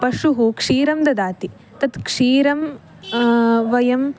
पशुः क्षीरं ददाति तत् क्षीरं वयम्